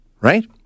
right